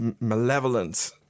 malevolent